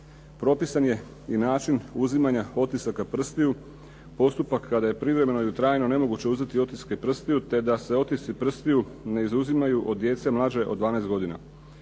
Propisan je i način uzimanja otisaka prstiju, postupak kada je privremeno ili trajno nemoguće uzeti otiske prstiju te da se otisci prstiju ne izuzimaju od djece mlađe od 12 godina.